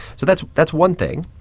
so that's that's one thing.